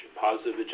positive